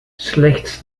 slechts